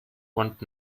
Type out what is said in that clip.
want